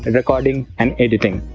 recording and editing.